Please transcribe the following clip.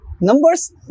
Numbers